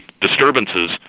disturbances